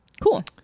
Cool